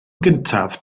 gyntaf